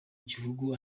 gihugu